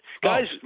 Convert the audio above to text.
Guys